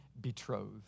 betrothed